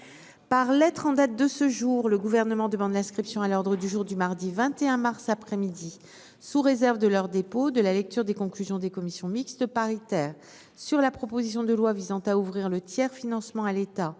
Par lettre en date de ce jour, le gouvernement demande l'inscription à l'ordre du jour du mardi 21 mars après-midi sous réserve de leur dépôt de la lecture des conclusions des commissions mixtes. Paritaires sur la proposition de loi visant à ouvrir le tiers-financement à l'état